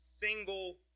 single